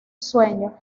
sueño